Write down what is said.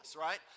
right